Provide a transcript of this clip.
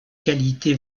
qualité